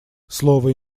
слово